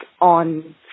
on